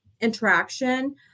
interaction